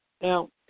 Now